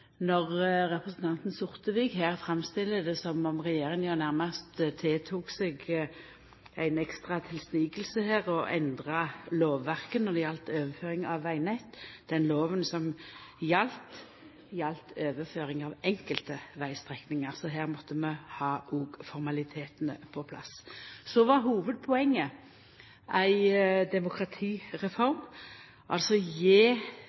når representanten Sortevik her framstiller det som om regjeringa nærast ved ei ekstra tilsniking endra lovverket når det gjaldt overføring av vegnettet. Den lova som gjaldt, gjaldt overføring av enkelte vegstrekningar. Så her måtte vi ha òg formalitetane på plass. Hovudpoenget var ei demokratireform, altså å gje